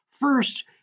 First